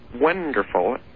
wonderful